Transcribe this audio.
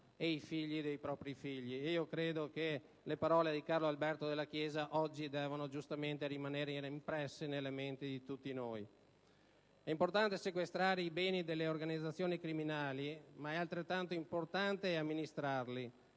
e i figli dei propri figli. Credo che le parole di Carlo Alberto Dalla Chiesa debbano oggi, giustamente, rimanere impresse nelle menti di tutti noi. È importante sequestrare i beni delle organizzazioni criminali, ma è altrettanto importante amministrarli